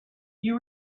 you